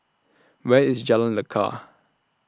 Where IS Jalan Lekar